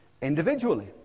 individually